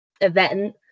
event